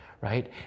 right